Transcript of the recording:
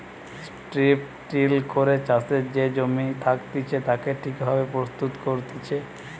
strip till করে চাষের যে জমি থাকতিছে তাকে ঠিক ভাবে প্রস্তুত করতিছে